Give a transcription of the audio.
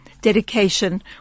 dedication